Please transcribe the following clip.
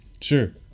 Sure